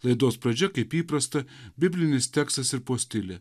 laidos pradžia kaip įprasta biblinis tekstas ir postilė